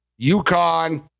UConn